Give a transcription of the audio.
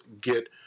get